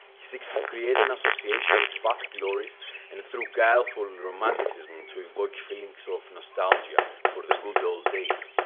he seeks to create an association with past glories and through guileful romanticism to evoke feelings of nostalgia for the good old days.